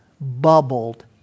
bubbled